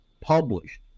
published